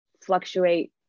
fluctuate